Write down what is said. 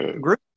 group